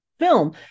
film